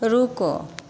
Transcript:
रुको